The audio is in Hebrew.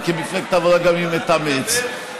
גם אם אתאמץ.